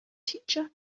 teacher